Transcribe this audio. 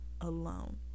alone